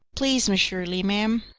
please, miss shirley, ma'am,